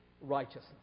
righteousness